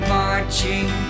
marching